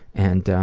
and,